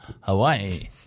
Hawaii